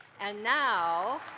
and now.